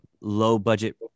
low-budget